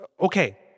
okay